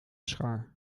schaar